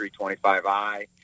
325i